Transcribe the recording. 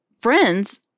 friends